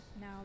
now